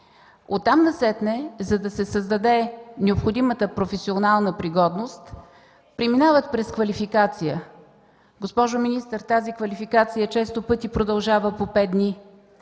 Оттам насетне, за да се създаде необходимата професионална пригодност, преминават през квалификация. Госпожо министър, тази квалификация често пъти продължава по пет дни.